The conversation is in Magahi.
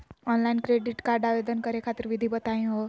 ऑनलाइन क्रेडिट कार्ड आवेदन करे खातिर विधि बताही हो?